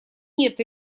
нет